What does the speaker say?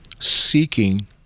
Seeking